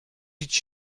did